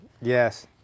Yes